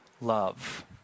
love